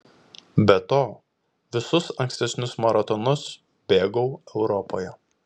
be to visus ankstesnius maratonus bėgau europoje